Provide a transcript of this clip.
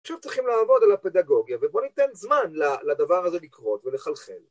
עכשיו צריכים לעבוד על הפדגוגיה, ובוא ניתן זמן לדבר הזה לקרות ולחלחל.